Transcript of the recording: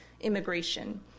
immigration